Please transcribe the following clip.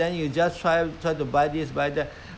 parents say can [what] don't eat this don't eat that can [what]